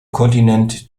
kontinent